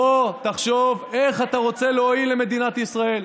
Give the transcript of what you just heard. בוא תחשוב איך אתה רוצה להועיל למדינת ישראל.